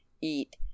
eat